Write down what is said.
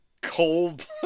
Cold